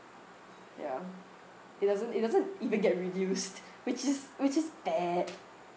ya it doesn't it doesn't even get reduced which is which is bad